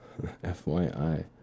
fyi